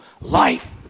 life